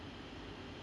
well